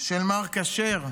של מר כשר,